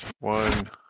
one